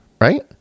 right